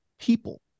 people